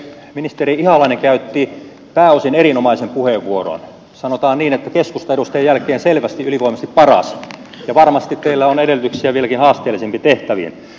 ministeri ihalainen käytti pääosin erinomaisen puheenvuoron sanotaan niin että keskustan edustajien jälkeen ylivoimaisesti parhaan ja varmasti teillä on edellytyksiä vieläkin haasteellisempiin tehtäviin